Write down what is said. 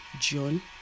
John